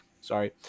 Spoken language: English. sorry